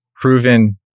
proven